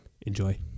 enjoy